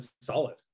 solid